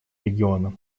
региона